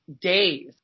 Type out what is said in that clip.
days